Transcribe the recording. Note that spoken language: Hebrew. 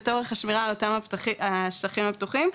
לצורך השמירה על אותם השטחים הפתוחים,